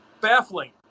Baffling